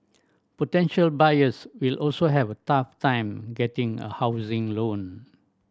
potential buyers will also have a tough time getting a housing loan